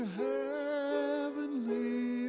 heavenly